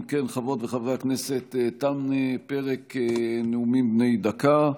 אם כן, חברות וחברי הכנסת, תם פרק נאומים בני דקה.